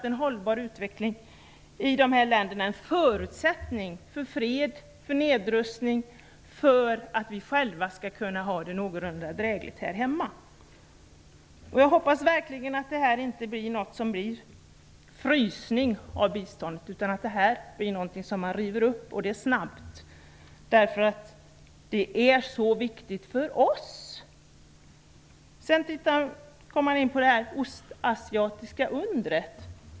En hållbar utveckling i de här länderna är en förutsättning för fred, nedrustning och för att vi själva skall kunna ha det någorlunda drägligt här hemma. Jag hoppas verkligen att det här inte blir en frysning av biståndet, utan någonting som man river upp, och det snabbt, för det är så viktigt för oss. Sedan talades det om det östasiatiska undret.